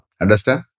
Understand